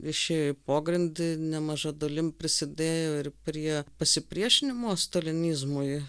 išėjo į pogrindį nemaža dalim prisidėjo ir prie pasipriešinimo stalinizmui